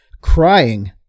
crying